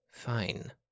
Fine